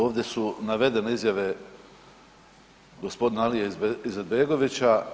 Ovdje su navedene izjave gospodina Alije Izetbegovića.